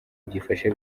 byifashe